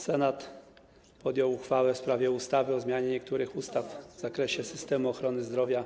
Senat podjął uchwałę w sprawie ustawy o zmianie niektórych ustaw w zakresie systemu ochrony zdrowia